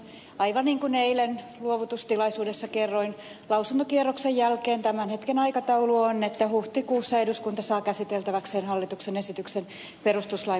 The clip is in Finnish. aivan niin kuin eilen luovutustilaisuudessa kerroin lausuntokierroksen jälkeen tämän hetken aikataulu on että huhtikuussa eduskunta saa käsiteltäväkseen hallituksen esityksen perustuslain muutoksista